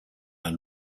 and